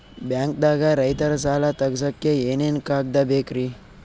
ಬ್ಯಾಂಕ್ದಾಗ ರೈತರ ಸಾಲ ತಗ್ಸಕ್ಕೆ ಏನೇನ್ ಕಾಗ್ದ ಬೇಕ್ರಿ?